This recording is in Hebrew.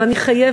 אבל אני חייבת.